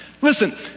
Listen